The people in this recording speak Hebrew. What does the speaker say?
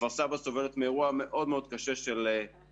כפר סבא סובלת מאירוע מאוד מאוד קשה שהגדירו